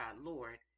Lord